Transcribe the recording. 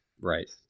right